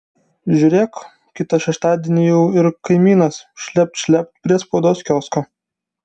žiūrėk kitą šeštadienį jau ir kaimynas šlept šlept prie spaudos kiosko